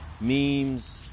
memes